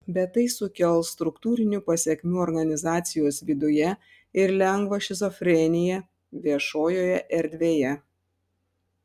bet tai sukels struktūrinių pasekmių organizacijos viduje ir lengvą šizofreniją viešojoje erdvėje